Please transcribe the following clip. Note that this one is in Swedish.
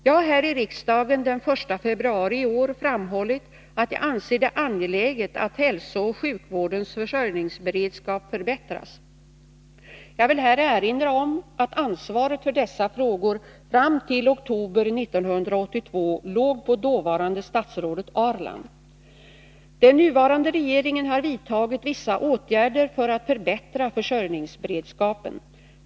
Jag har här i riksdagen den 1 februari i år framhållit att jag anser det angeläget att hälsooch sjukvårdens försörjningsberedskap förbättras. Jag vill här erinra om att ansvaret för dessa frågor fram till oktober 1982 låg på dåvarande statsrådet Ahrland. Den nuvarande regeringen har vidtagit vissa åtgärder för att förbättra försörjningsberedskapen.